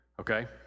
okay